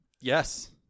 Yes